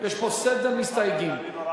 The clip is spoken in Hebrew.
יש פה סדר מסתייגים.